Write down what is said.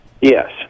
Yes